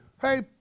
Hey